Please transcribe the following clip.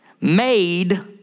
made